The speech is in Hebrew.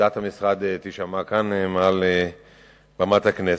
שעמדת המשרד תישמע כאן מעל במת הכנסת.